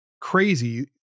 crazy